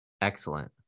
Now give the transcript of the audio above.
Excellent